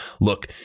Look